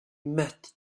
met